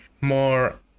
more